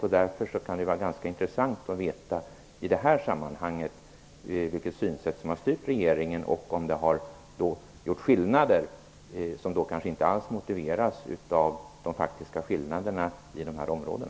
Det kan därför i detta sammanhang vara ganska intressant att få veta vilket synsätt som har styrt regeringen och om det därvid har gjorts åtskillnader som kanske inte alls motiveras av de faktiska olikheterna mellan dessa områden.